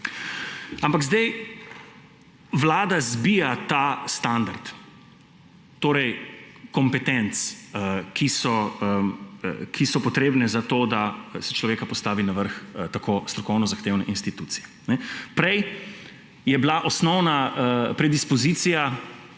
Ampak zdaj Vlada zbija ta standard, torej kompetenc, ki so potrebne za to, da se človeka postavi na vrh tako strokovno zahtevne institucije. Prej je bila osnovna predispozicija